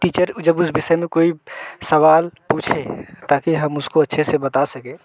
teacher जब उस विषय में कोई सवाल पूछे ताकि हम उसको अच्छे से बता सके